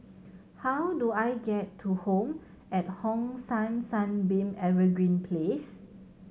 how do I get to Home at Hong San Sunbeam Evergreen Place